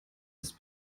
ist